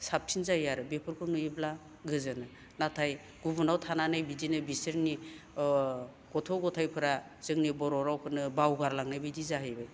साबसिन जायो आरो बेफोरखौ नुयोब्ला गोजोनो नाथाय गुबुनाव थानानै बिदिनो बिसोरनि ओ गथ' गथाइफोरा जोंनि बर' रावखौनो बावगार लांनायबायदि जाहैबाय